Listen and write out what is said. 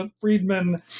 Friedman